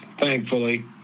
thankfully